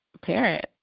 parent